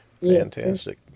Fantastic